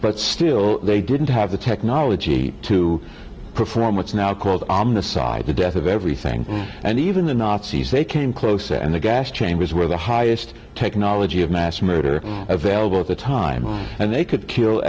but still they didn't have the technology to perform what's now called on the side to death of everything and even the nazis they came close and the gas chambers were the highest technology of mass murder available at the time and they could kill